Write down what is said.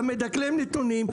אתה מדקלם נתונים,